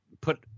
put